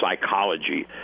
psychology